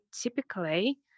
typically